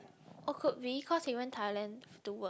oh could be cause he went Thailand to work